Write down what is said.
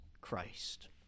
Christ